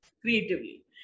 creatively